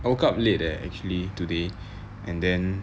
I woke up late eh actually today and then